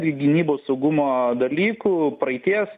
gynybos saugumo dalykų praeities